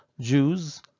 jews